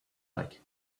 like